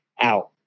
out